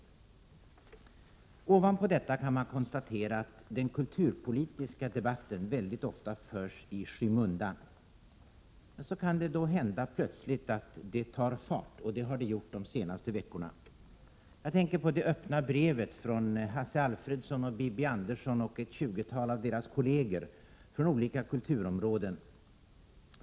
Efter detta kan man konstatera att den kulturpolitiska debatten väldigt ofta förs i skymundan. Plötsligt kan den emellertid ta fart — och det är vad som har hänt de senaste veckorna. Jag tänker på det öppna brev som skrevs av Hasse Alfredson, Bibi Andersson och ett tjugotal av deras kolleger från olika kulturområden.